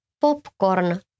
Popcorn